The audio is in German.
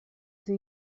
sie